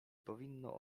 powinno